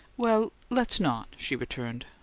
well let's not, she returned.